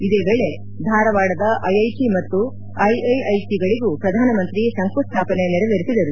ಇದೇ ವೇಳೆ ಧಾರವಾಡದ ಐಐಟಿ ಮತ್ತು ಐಐಐಟಿಗಳಿಗೂ ಪ್ರಧಾನಮಂತ್ರಿ ಶಂಕುಸ್ವಾಪನೆ ನೆರವೇರಿಸಿದರು